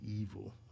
evil